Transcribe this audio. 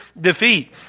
defeat